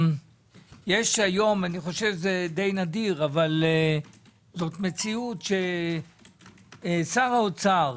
היום יש אני חושב שזה די נדיר אבל זו מציאות ששר האוצר